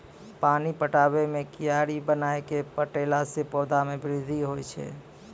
पानी पटाबै मे कियारी बनाय कै पठैला से पौधा मे बृद्धि होय छै?